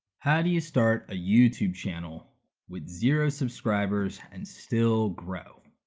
how do you start a youtube channel with zero subscribers, and still grow?